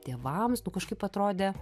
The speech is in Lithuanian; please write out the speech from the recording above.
tėvams nu kažkaip atrodė